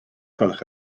gwelwch